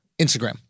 Instagram